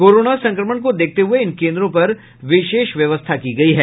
corona संक्रमण को देखते हुये इन कोन्द्रों पर विशेष व्यवस्था की गई है